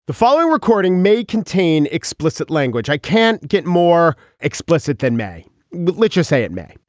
the following recording may contain explicit language i can't get more explicit than may with literal say it may.